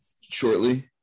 shortly